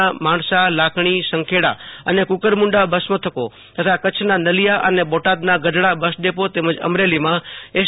ના માણસાલાખણીસંખેડા અને કુકરમૂં ડા બસમથકો તથા કચ્છના નલિયા અને બોટાદના ગઢડા બસ ડેપો તેમજ અમરેલીમાં એસ